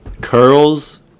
curls